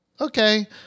okay